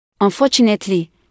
Unfortunately